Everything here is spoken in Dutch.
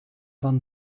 van